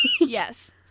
Yes